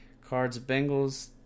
Cards-Bengals